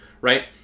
Right